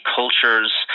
cultures